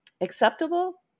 acceptable